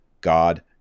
God